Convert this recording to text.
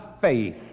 faith